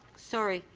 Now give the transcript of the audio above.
sorry,